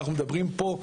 אנחנו מדברים פה,